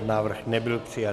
Návrh nebyl přijat.